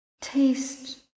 taste